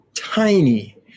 tiny